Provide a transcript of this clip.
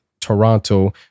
Toronto